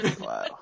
Wow